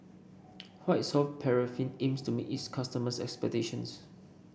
White Soft Paraffin aims to meet its customers' expectations